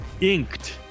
inked